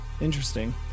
interesting